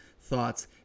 thoughts